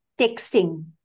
Texting